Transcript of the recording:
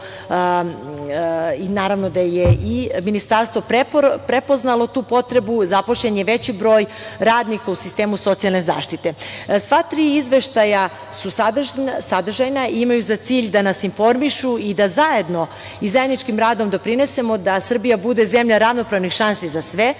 naravno da je i Ministarstvo prepoznalo tu potrebu, zaposlen je veći broj radnika u sistemu socijalne zaštite. Sva tri izveštaja su sadržajna i imaju za cilj da nas informišu i da zajedno i zajedničkim radom doprinesemo da Srbija bude zemlja ravnopravnih šansi za sve.